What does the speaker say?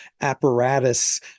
apparatus